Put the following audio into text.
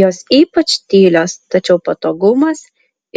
jos ypač tylios tačiau patogumas